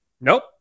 Nope